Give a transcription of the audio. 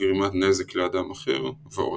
גרימת נזק לאדם אחר ועוד.